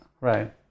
right